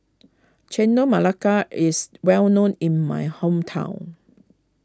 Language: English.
Chendol Melaka is well known in my hometown